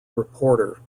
reporter